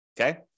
Okay